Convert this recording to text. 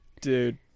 dude